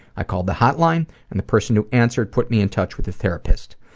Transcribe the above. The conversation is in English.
i called the hotline and the person who answered put me in touch with a therapist.